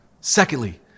Secondly